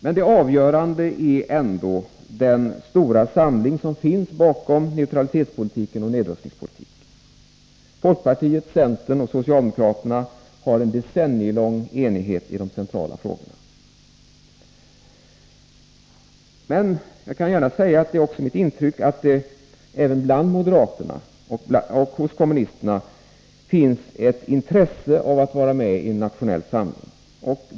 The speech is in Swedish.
Men avgörande är ändå den stora samling som finns bakom vår neutralitetspolitik och nedrustningspolitik. Folkpartiet, centern och socialdemokraterna har en decennielång enighet i de centrala frågorna. Men jag kan gärna säga att det också är mitt intryck att det även bland moderaterna och hos kommunisterna finns ett intresse av att vara med i en nationell samling.